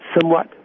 somewhat